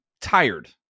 tired